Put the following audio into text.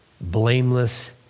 blameless